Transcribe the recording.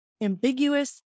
ambiguous